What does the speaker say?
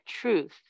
truth